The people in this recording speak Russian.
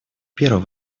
первое